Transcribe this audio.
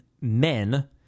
men